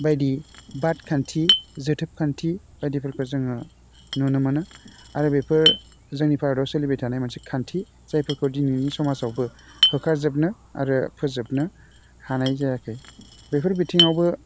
बायदि बाद खान्थि जोथोब खान्थि बायदिफोरखौ जोङो नुनो मोनो आरो बेफोर जोंनि भारताव सोलिबाय थानाय मोनसे खान्थि जायफोरखौ दिनैनि समाजावबो होखारजोबनो आरो फोजोबनो हानाय जायाखै बेफोर बिथिङावबो